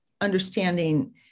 understanding